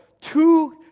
two